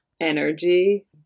energy